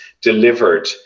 delivered